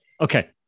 Okay